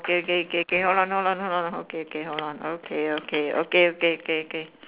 K K K K hold on hold on hold on okay okay hold on okay okay okay okay okay okay okay